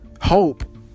Hope